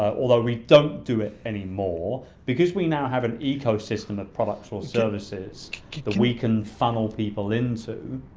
ah although we don't do it anymore because we now have an ecosystem of products or services that we can funnel people into,